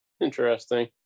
Interesting